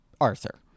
arthur